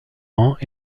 ans